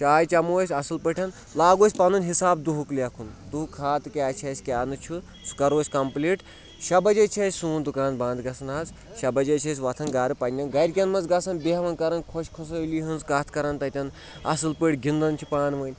چاے چٮ۪مو أسۍ اَصٕل پٲٹھۍ لاگو أسۍ پَنُن حِساب دُہُک لیکھُن دُہُک کھاتہٕ کیٛاہ چھِ اَسہِ کیٛاہ نہٕ سُہ کَرو أسۍ کَمپٕلیٖٹ شےٚ بَجے چھِ اَسہِ سون دُکان بنٛد گژھان حظ شےٚ بَجے چھِ أسۍ وۄتھ گَرٕ پنٛنٮ۪ن گَرِکٮ۪ن منٛز گژھان بیٚہوان کَران خۄش خسٲلی ہٕنٛز کَتھ کَران تَتٮ۪ن اَصٕل پٲٹھۍ گِنٛدان چھِ پانہٕ ؤنۍ